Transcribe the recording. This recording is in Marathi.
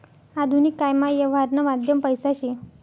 आधुनिक कायमा यवहारनं माध्यम पैसा शे